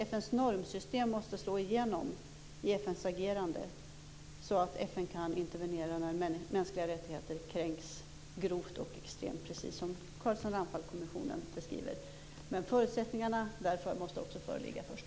FN:s normsystem måste slå igenom i FN:s agerande så att FN kan intervenera när mänskliga rättigheter kränks grovt och extremt, precis som Carlsson-Ramphalkommissionen beskriver. Men förutsättningarna för det måste föreligga först.